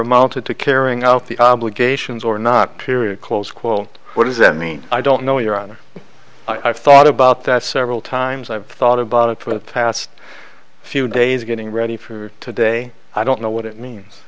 amounted to carrying out the obligations or not period close quote what does that mean i don't know your honor i've thought about that several times i've thought about it for the past few days getting ready for today i don't know what it means